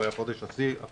שהוא היה חודש השיא הקודם.